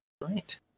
right